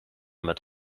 met